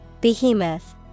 Behemoth